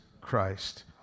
Christ